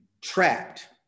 trapped